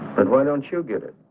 but why don't you get it